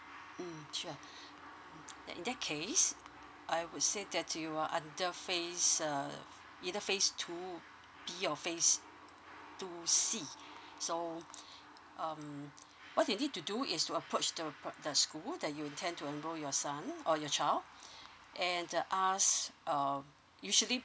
mm sure in that case I would say that you are under phase um either phase two b or phase two c so um what you need to do is to approach the uh the school that you intend to enroll your son or your child and uh ask um usually